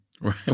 right